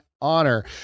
honor